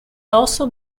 also